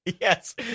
Yes